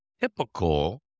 typical